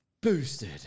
boosted